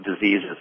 diseases